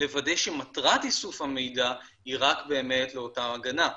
לוודא שמטרת איסוף המידע היא רק באמת לאותה הגנה,